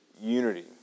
unity